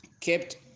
kept